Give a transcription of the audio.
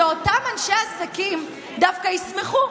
שאותם אנשי עסקים דווקא ישמחו.